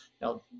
Now